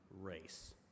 race